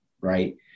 right